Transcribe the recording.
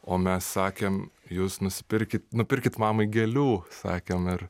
o mes sakėm jūs nusipirkit nupirkit mamai gėlių sakėm ir